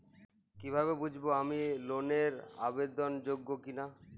কীভাবে বুঝব আমি লোন এর আবেদন যোগ্য কিনা?